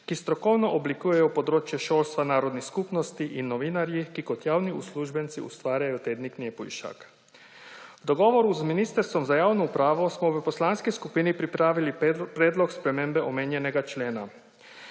ki strokovno oblikuje področje šolstva narodnih skupnosti, in novinarji, ki kot javni uslužbenci ustvarjajo tednik Népújság. V dogovoru z Ministrstvom za javno upravo smo v poslanski skupini pripravili predlog spremembe omenjenega člena.